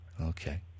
Okay